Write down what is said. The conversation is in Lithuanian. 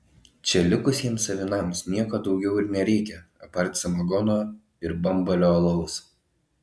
čia likusiems avinams nieko daugiau ir nereikia apart samagono ir bambalio alaus